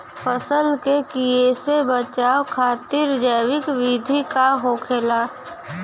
फसल के कियेसे बचाव खातिन जैविक विधि का होखेला?